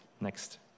Next